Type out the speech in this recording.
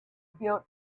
built